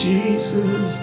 Jesus